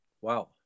Wow